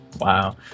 Wow